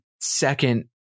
second